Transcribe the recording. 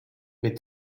with